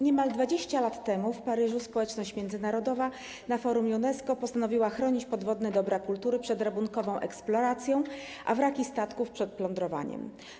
Niemal 20 lat temu w Paryżu społeczność międzynarodowa na forum UNESCO postanowiła chronić podwodne dobra kultury przed rabunkową eksploracją, a wraki statków - przed plądrowaniem.